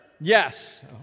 Yes